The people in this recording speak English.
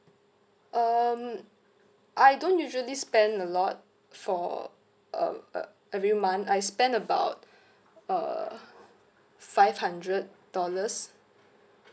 um I don't usually spend a lot for uh uh every month I spend about uh five hundred dollars